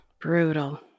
Brutal